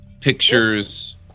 pictures